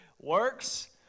works